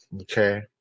Okay